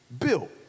built